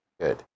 Good